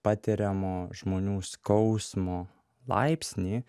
patiriamo žmonių skausmo laipsnį